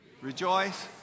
Rejoice